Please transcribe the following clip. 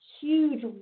Huge